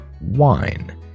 wine